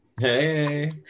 Hey